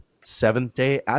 Seventh-day